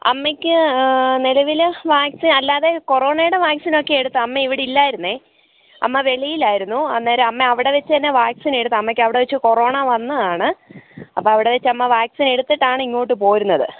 അമ്മക്ക് നിലവിൽ വാക്സിൻ അല്ലാതെ കോറോണേടെ വാക്സിനൊക്കെ എടുത്തത അമ്മ ഇവിടെയില്ലായിരുന്നു അമ്മ വെളിയിലാരുന്നു അന്നേരം അമ്മ അവിടെ വെച്ചന്നെ വാക്സിൻ എടുത്തു അമ്മക്കവിടെ വെച്ച് കൊറോണ വന്നതാണ് അപ്പോൾ അവിടെ വെച്ചമ്മ വാക്സിൻ എടുത്തിട്ടാണ് ഇങ്ങോട്ട് പോരുന്നത്